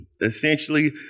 essentially